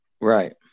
Right